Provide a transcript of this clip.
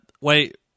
wait